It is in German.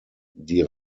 die